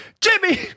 Jimmy